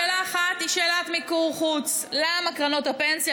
שאלה אחת היא שאלת מיקור החוץ: למה קרנות הפנסיה